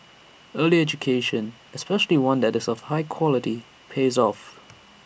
early education especially one that is of high quality pays off